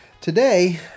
today